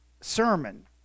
sermon